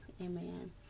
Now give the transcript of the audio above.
Amen